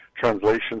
Translation